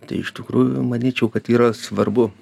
tai iš tikrųjų manyčiau kad yra svarbu